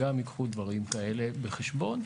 גם ייקחו דברים כאלה בחשבון.